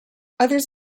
others